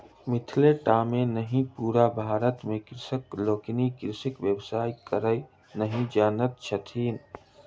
मिथिले टा मे नहि पूरे भारत मे कृषक लोकनि कृषिक व्यवसाय करय नहि जानैत छथि